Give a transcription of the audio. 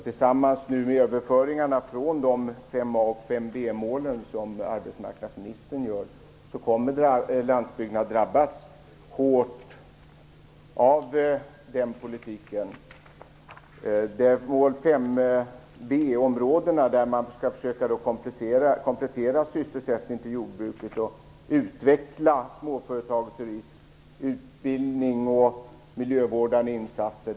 Tillsammans med de överföringar från 5a-målen och 5b-målen som arbetsmarknadsministern gör kommer denna politik att drabba landsbygden hårt. I mål 5b-områdena skall man försöka komplettera sysselsättningen i jordbruket med att utveckla småföretag, turism, utbildning och miljövårdande insatser.